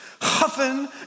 huffing